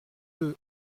deux